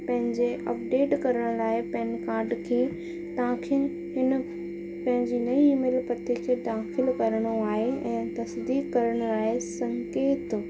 पंहिंजे अपडेट करण लाइ पैन कार्ड खे तव्हां खे हिन पंहिंजी नई ईमेल पते खे दाख़िल करिणो आहे ऐं तसदीक करण आहे संकेत